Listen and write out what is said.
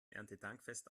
erntedankfest